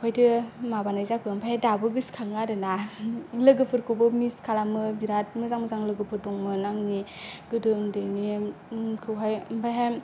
अफायथो माबानाय जाखो ओमफाय दाबो गोसखाङो आरो ना लोगोफोरखौबो मिस खालामो बिराद मोजां मोजां लोगोफोर दंमोन आंनि गोदो उन्दैनि खौहाय ओमफायहाय